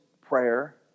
prayer